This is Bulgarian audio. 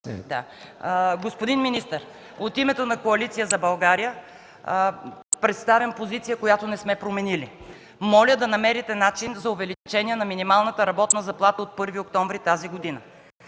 Господин министър, от името на Коалиция за България представям позиция, която не сме променили. Моля да намерите начин за увеличение на минималната работна заплата от 1 октомври тази година.